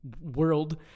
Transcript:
World